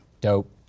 dope